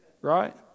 right